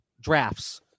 drafts